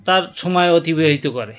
তার সময় অতিবাহিত করে